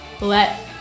let